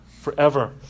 forever